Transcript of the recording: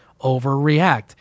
overreact